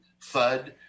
FUD